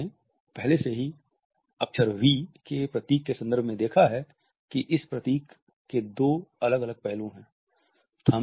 हमने पहले से ही वी के प्रतीक के संदर्भ में देखा है कि इस प्रतीक के दो अलग अलग पहलू है